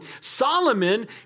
Solomon